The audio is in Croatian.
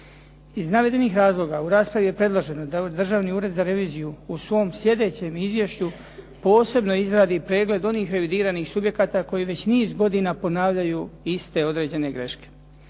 Iz navedenih razloga u raspravi je predloženo da Državni ured za reviziju u svom sljedećem izvješću posebno izradi pregled onih revidiranih subjekata koji već niz godina ponavljaju iste određene greške.